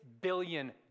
billion